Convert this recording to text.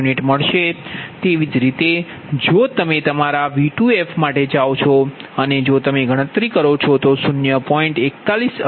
તેવી જ રીતે જો તમે તમારા V2f માટે જાઓ છો અને જો તમે ગણતરી કરો છો તો 0